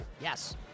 yes